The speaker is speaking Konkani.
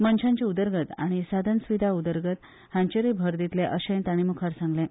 मनशांची उदरगत आनी साधन सुविधा उदरगत हांचेंय भर दितले अशें तांणी मुखार सांगलें